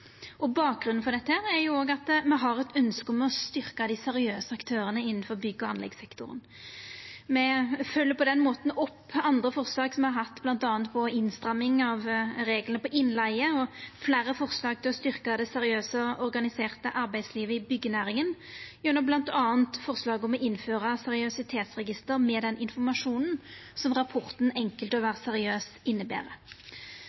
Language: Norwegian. Bakgrunnen for dette er òg at me har eit ønske om å styrkja dei seriøse aktørane innanfor bygg- og anleggssektoren. Me følgjer på den måten opp andre forslag som me har hatt, bl.a. om innstramming av reglane på innleige og fleire forslag til å styrkja det seriøse, organiserte arbeidslivet i byggenæringa, gjennom bl.a. forslag om å innføra seriøsitetsregister med den informasjonen som rapporten Enkelt å være seriøs inneber. Forskrifta om HMS-kort på bygg- og